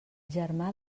germà